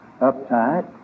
uptight